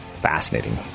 Fascinating